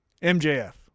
MJF